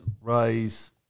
raise